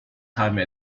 time